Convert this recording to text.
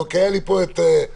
כי היה לי פה את ידידי,